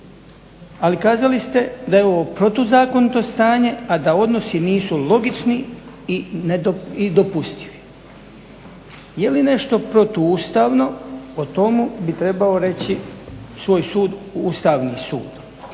Ali kazali ste da je ovo protuzakonito stanje, a da odnosi nisu logični i dopustivi. Je li nešto protuustavno o tomu bi trebao reći svoj sud Ustavni sud.